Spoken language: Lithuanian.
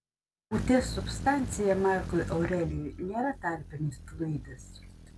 būties substancija markui aurelijui nėra tarpinis fluidas